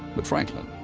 but franklin,